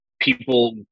people